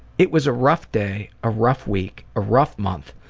it was a rough day, a rough week, a rough month,